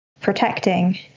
protecting